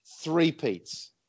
three-peats